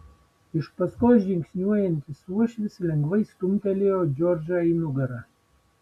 iš paskos žingsniuojantis uošvis lengvai stumtelėjo džordžą į nugarą